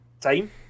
time